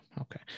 okay